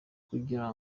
kugira